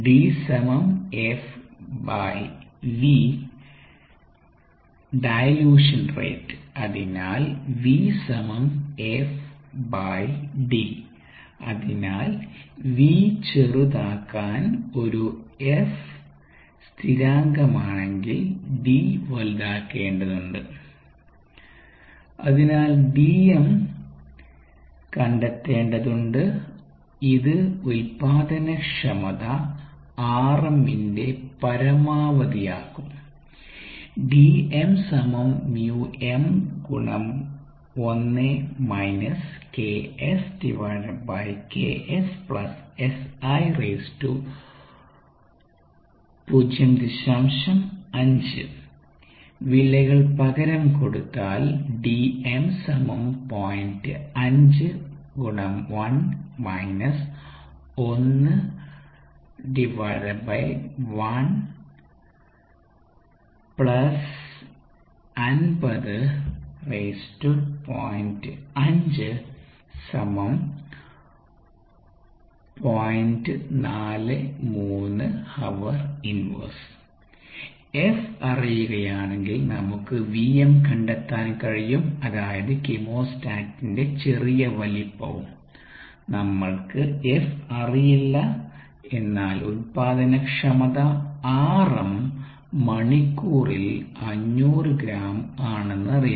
D FV dilution rate അതിനാൽ V FD അതിനാൽ V ചെറുതാക്കാൻ F ഒരു സ്ഥിരാങ്കമാണെങ്കിൽ D വലുതാക്കേണ്ടതുണ്ട് അതിനാൽ Dm കണ്ടെത്തേണ്ടതുണ്ട് ഇത് ഉൽപ്പാദനക്ഷമത 𝑅m ന്റെ പരമാവധി ആക്കും വിലകൾ പകരം കൊടുത്താൽ F അറിയുകയാണെങ്കിൽ നമുക്ക് V m കണ്ടെത്താൻ കഴിയും അതായത് കീമോസ്റ്റാടിന്റെ ചെറിയ വലിപ്പവുംനമ്മൾക് F അറിയില്ല എന്നാൽ ഉൽപാദനക്ഷമത 𝑅m മണിക്കൂറിൽ 500 ഗ്രാം ആണെന്നറിയാം